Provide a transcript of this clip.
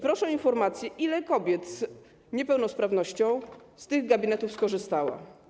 Proszę o informację, ile kobiet z niepełnosprawnością z tych gabinetów skorzystało.